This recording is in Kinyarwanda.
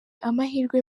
amahirwe